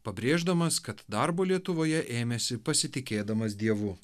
pabrėždamas kad darbo lietuvoje ėmėsi pasitikėdamas dievu